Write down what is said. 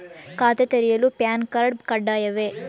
ಖಾತೆ ತೆರೆಯಲು PAN card ಕಡ್ಡಾಯವೇ?